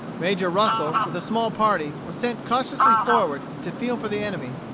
major russel, with a small party, was sent cautiously forward to feel for the enemy,